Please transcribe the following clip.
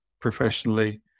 professionally